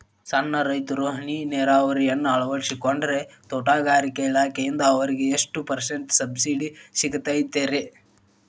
ಸಣ್ಣ ರೈತರು ಹನಿ ನೇರಾವರಿಯನ್ನ ಅಳವಡಿಸಿಕೊಂಡರೆ ತೋಟಗಾರಿಕೆ ಇಲಾಖೆಯಿಂದ ಅವರಿಗೆ ಎಷ್ಟು ಪರ್ಸೆಂಟ್ ಸಬ್ಸಿಡಿ ಸಿಗುತ್ತೈತರೇ?